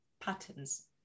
patterns